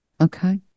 Okay